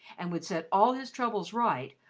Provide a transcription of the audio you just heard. and would set all his troubles right,